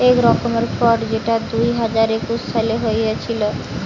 এক রকমের ফ্রড যেটা দুই হাজার একুশ সালে হয়েছিল